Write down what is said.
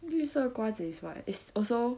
绿色瓜子 is what is also